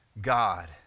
God